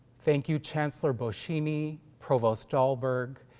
thank you chancellor boschini, provost dalberg,